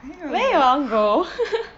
where you want to go